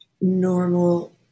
normal